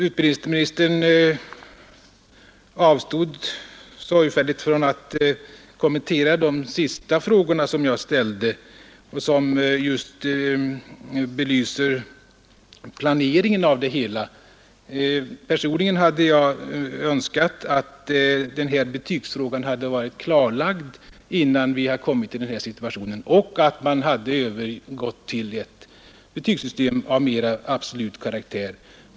Utbildningsministern avstod sorgfälligt från att kommentera de sista frågorna som jag ställde, de som just belyser planeringen av det hela. Personligen hade jag önskat att den här betygsfrågan hade varit klarlagd innan vi hade kommit i den här situationen och att man hade övergått till ett betygssystem av mera absolut karaktär.